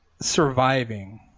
surviving